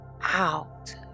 out